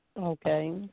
Okay